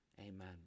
amen